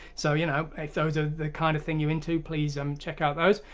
so you know if those are the kind of thing you into please um check out those!